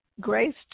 Grace